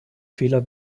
fehler